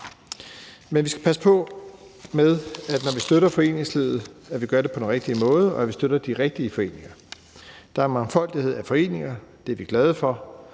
Men vi skal passe på med, at vi, når vi støtter foreningslivet, gør det på den rigtige måde, og at vi støtter de rigtige foreninger. Der er en mangfoldighed af foreninger, og det er vi glade for,